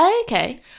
okay